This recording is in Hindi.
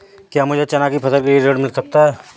क्या मुझे चना की फसल के लिए ऋण मिल सकता है?